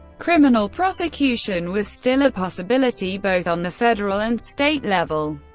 criminal prosecution was still a possibility both on the federal and state level.